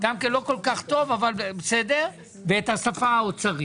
גם כן לא כל כך טוב אבל בסדר, ואת השפה האוצרית.